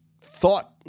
thought